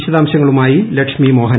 വിശദാംശങ്ങളുമായി ലക്ഷ്മി മോ ്ഹൻ